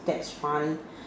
that's funny